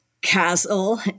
castle